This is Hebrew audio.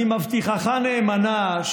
ואני מבטיחך נאמנה,